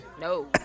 No